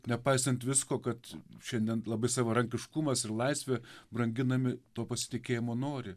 nepaisant visko kad šiandien labai savarankiškumas ir laisvė branginami to pasitikėjimo nori